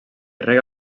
rega